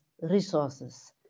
resources